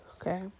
Okay